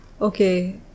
Okay